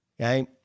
Okay